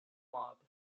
mob